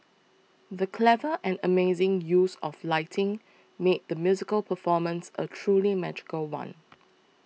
the clever and amazing use of lighting made the musical performance a truly magical one